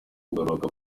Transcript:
kugarura